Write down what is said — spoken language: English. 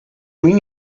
mean